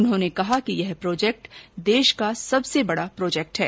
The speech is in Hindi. उन्होंने कहा कि यह प्रोजेक्ट देश का सबसे बडा प्रोजेक्ट है